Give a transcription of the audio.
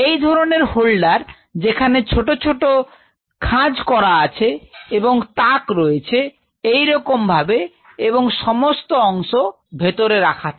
এই ধরনের হোল্ডার যেখানে ছোট ছোট কাজ করা আছে এবং তাক রয়েছে এইরকম ভাবে এবং সমস্ত অংশ ভেতরে রাখা থাকে